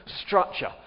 structure